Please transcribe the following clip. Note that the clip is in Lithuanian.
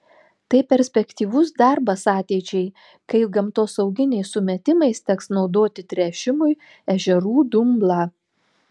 tai perspektyvus darbas ateičiai kai gamtosauginiais sumetimais teks naudoti tręšimui ežerų dumblą